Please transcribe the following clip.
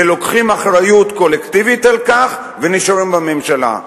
ולוקחים אחריות קולקטיבית על כך ונשארים בממשלה.